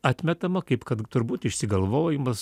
atmetama kaip kad turbūt išsigalvojimas